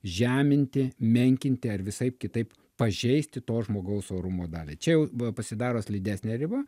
žeminti menkinti ar visaip kitaip pažeisti to žmogaus orumo dalį čia jau pasidaro slidesnė riba